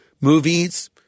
movies